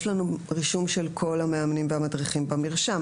יש לנו רישום מעודכן של כל המאמנים והמדריכים במרשם.